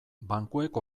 bankuek